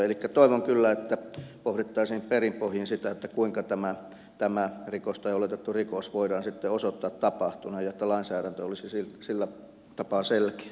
elikkä toivon kyllä että pohdittaisiin perin pohjin sitä kuinka tämän rikoksen tai oletetun rikoksen voidaan sitten osoittaa tapahtuneen jotta lainsäädäntö olisi sillä tapaa selkeä